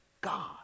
God